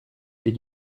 did